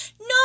no